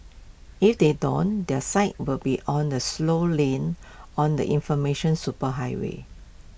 if they don't their site will be on the slow lane on the information superhighway